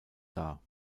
dar